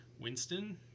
Winston